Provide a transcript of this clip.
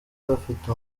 bafite